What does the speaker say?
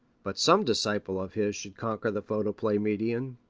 but some disciple of his should conquer the photoplay medium,